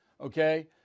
okay